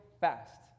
fast